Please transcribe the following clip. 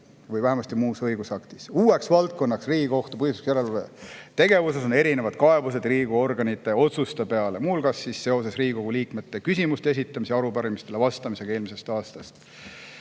või vähemasti muus õigusaktis. Uueks valdkonnaks Riigikohtu põhiseaduslikkuse järelevalve tegevuses on erinevad kaebused Riigikogu organite otsuste peale, muu hulgas seoses Riigikogu liikmete küsimuste esitamise ja arupärimistele vastamisega eelmisel aastal.